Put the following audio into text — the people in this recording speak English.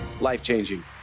Life-changing